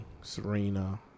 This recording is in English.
serena